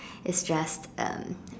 is just um